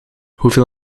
hoeveel